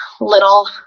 little